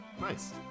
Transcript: nice